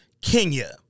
Kenya